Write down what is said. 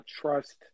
trust